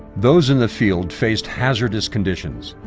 those in the field faced hazardous conditions.